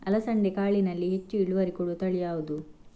ಅಲಸಂದೆ ಕಾಳಿನಲ್ಲಿ ಹೆಚ್ಚು ಇಳುವರಿ ಕೊಡುವ ತಳಿ ಯಾವುದು?